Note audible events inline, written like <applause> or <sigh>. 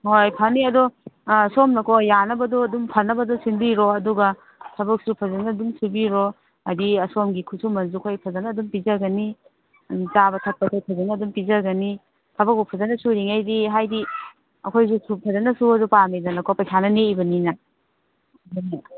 ꯍꯣꯏ ꯐꯅꯤ ꯑꯗꯣ ꯁꯣꯝꯅꯀꯣ ꯌꯥꯅꯕꯗꯨ ꯑꯗꯨꯝ ꯐꯅꯕꯗꯨ ꯁꯤꯟꯕꯤꯔꯣ ꯑꯗꯨꯒ ꯊꯕꯛꯁꯨ ꯐꯖꯅ ꯑꯗꯨꯝ ꯁꯨꯕꯤꯔꯣ ꯍꯥꯏꯕꯗꯤ ꯑꯁꯣꯝꯒꯤ ꯈꯨꯠꯁꯨꯃꯟꯁꯨ ꯑꯩꯈꯣꯏ ꯐꯖꯅ ꯑꯗꯨꯝ ꯄꯤꯖꯒꯅꯤ ꯆꯥꯕ ꯊꯛꯄꯁꯦ ꯐꯖꯅ ꯑꯗꯨꯝ ꯄꯤꯖꯒꯅꯤ ꯊꯕꯛꯄꯨ ꯐꯖꯅ ꯁꯨꯔꯤꯈꯩꯗꯤ ꯍꯥꯏꯕꯗꯤ ꯑꯩꯈꯣꯏꯁꯨ ꯐꯖꯅ ꯁꯨꯔꯁꯨ ꯄꯥꯝꯃꯤꯗꯅꯀꯣ ꯄꯩꯁꯥꯅ ꯅꯦꯛꯏꯕꯅꯤꯅ <unintelligible>